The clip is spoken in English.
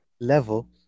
level